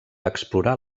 explorar